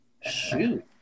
Shoot